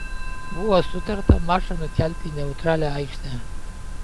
buvo sutarta mačą nukelti į neutralią aikštę